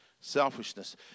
Selfishness